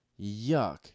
Yuck